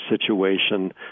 situation